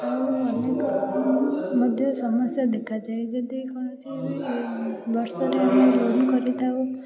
ଆଉ ଅନେକ ମଧ୍ୟ ସମସ୍ୟା ଦେଖାଯାଏ ଯଦି କୌଣସି ବି ବର୍ଷଟିଏ ଆମେ ଲୋନ୍ କରିଥାଉ